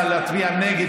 הנכים